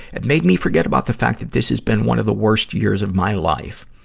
it made me forget about the fact that this has been one of the worst years of my life.